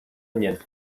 onion